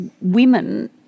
women